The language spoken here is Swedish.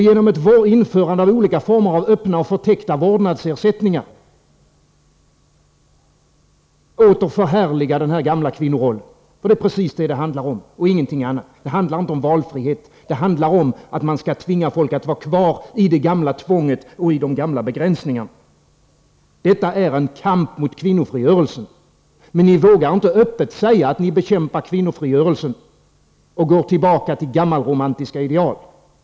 Genom införande av olika former av öppna och förtäckta vårdnadsersättningar vill man åter förhärliga den gamla kvinnorollen. Det är precis vad det handlar om och ingenting annat. Det handlar inte om valfrihet utan om att hålla människor kvar i det gamla tvånget och de gamla begränsningarna. Detta är en kamp mot kvinnofrigörelsen, men ni vågar inte öppet säga att ni bekämpar kvinnornas frigörelse och går tillbaka till gammalromantiska ideal.